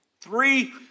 three